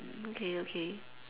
okay okay